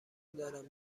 دارم